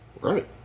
Right